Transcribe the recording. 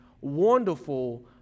wonderful